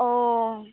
ᱳ